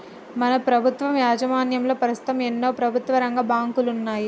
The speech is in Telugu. మన ప్రభుత్వం యాజమాన్యంలో పస్తుతం ఎన్నో ప్రభుత్వరంగ బాంకులున్నాయి